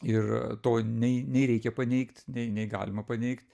ir to nei nei reikia paneigt nei galima paneigt